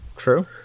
true